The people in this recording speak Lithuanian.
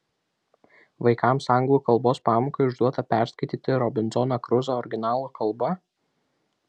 vaikams anglų kalbos pamokai užduota perskaityti robinzoną kruzą originalo kalba